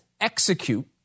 execute